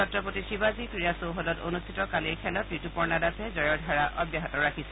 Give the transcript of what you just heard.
ছব্ৰপতি শিৱাজী ক্ৰীড়া চৌহদত অনুষ্ঠিত খেলত ঋতুপৰ্ণা দাসে জয়ৰ ধাৰা অব্যাহত ৰাখিছে